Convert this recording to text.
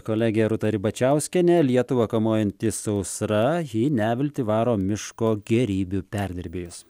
kolegė rūta ribačiauskienė lietuvą kamuojanti sausra į neviltį varo miško gėrybių perdirbėjus